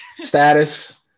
status